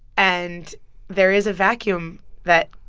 and there is a vacuum that.